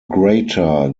greater